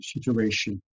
situation